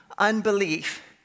unbelief